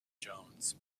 jones